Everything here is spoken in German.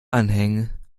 anhängen